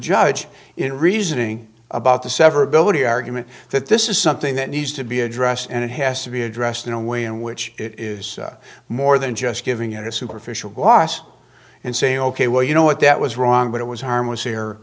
judge in reasoning about the severability argument that this is something that needs to be addressed and it has to be addressed in a way in which it is more than just giving it a superficial gloss and say ok well you know what that was wrong but it was harmless er